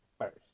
first